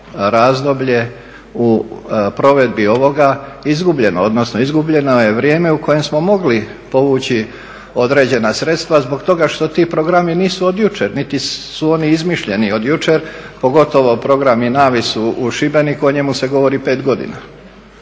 u provedbi ovoga izgubljeno, odnosno izgubljeno je vrijeme u kojem smo mogli povući određena sredstva zbog toga što ti programi nisu od jučer niti su oni izmišljeni od jučer, pogotovo Programi Navis u Šibeniku o njemu se govori pet godina.